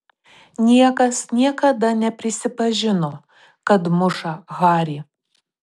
niekas niekada neprisipažino kad muša harį